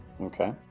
Okay